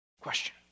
Question